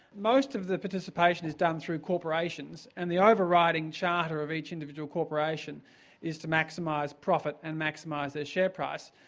most of the participation is done through corporations. and the over-riding charter of each individual corporation is to maximise profit and maximise their share price.